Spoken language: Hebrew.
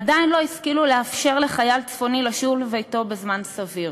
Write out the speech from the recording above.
עדיין לא השכילו לאפשר לחייל צפוני לשוב לביתו בזמן סביר.